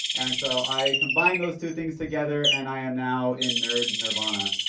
and so i combined those two things together and i am now in nerd nirvana.